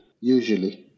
usually